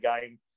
game